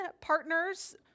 partners